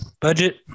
budget